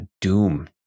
doom